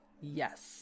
Yes